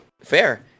Fair